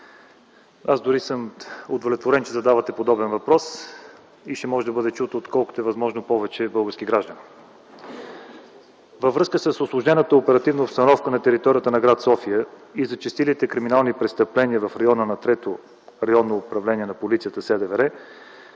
Аз дори съм удовлетворен, че задавате подобен въпрос и ще може да бъде чут от колкото е възможно повече български граждани. Във връзка с усложнената оперативна обстановка на територията на гр. София и зачестилите криминални престъпления в района на Трето районно управление на полицията – СДВР,